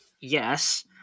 yes